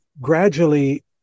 gradually